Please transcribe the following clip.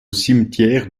cimetière